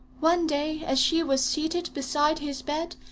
one day, as she was seated beside his bed,